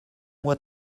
mois